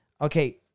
okay